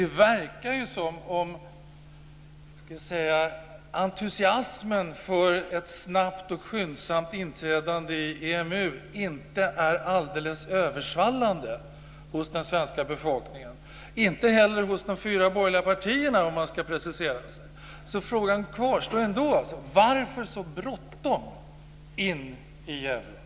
Det verkar ju som om entusiasmen för ett snabbt och skyndsamt inträdande i EMU inte är alldeles översvallande hos den svenska befolkningen, inte heller hos de fyra borgerliga partierna om man ska precisera sig. Frågan kvarstår: Varför så bråttom in i euron?